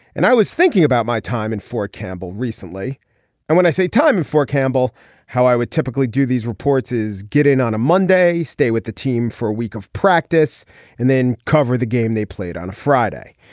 and i was thinking about my time in fort campbell recently and when i say time in fort campbell how i would typically do these reports is get in on a monday stay with the team for a week of practice and then cover the game they played on friday.